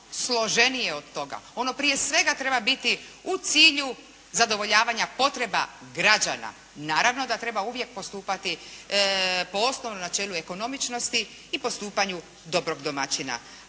složenije od toga. Ono prije svega treba biti u cilju zadovoljavanja potreba građana. Naravno da treba uvijek postupati po osnovnom načelu ekonomičnosti i postupanju dobrog domaćina.